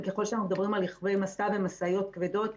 וככל שאנחנו מדברים על רכבי משא ומשאיות כבדות,